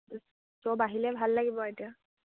ভাল লাগিব এতিয়া